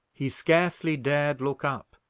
he scarcely dared look up,